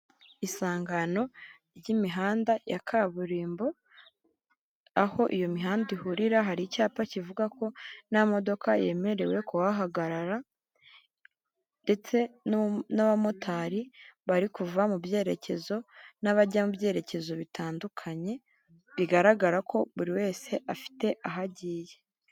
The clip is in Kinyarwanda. Isangano ry'imihanda ya kaburimbo, aho iyo mihanda ihurira hari icyapa kivuga ko nta modoka yemerewe kuhahagarara, ndetse n'abamotari bari kuva mu byerekezo, n'abajya mu byerekezo bitandukanye, bigaragara ko buri wese afite aho agiye.